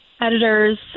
editors